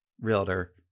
Realtor